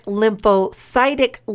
lymphocytic